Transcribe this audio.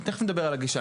תכף נדבר על הגישה,